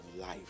life